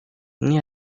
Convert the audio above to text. ini